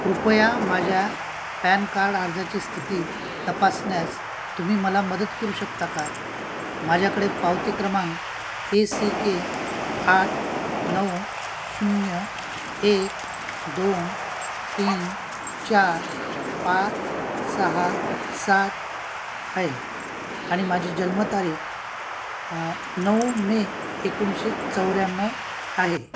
कृपया माझ्या PAN card अर्जाची स्थिती तपासण्यास तुम्ही मला मदत करू शकता का माझ्याकडे पावती क्रमांक ए सी के आठ नऊ शून्य एक दोन तीन चार पाच सहा सात आहे आणि माझी जन्मतारीख नऊ मे एकोणीसशे चौऱ्याण्णव आहे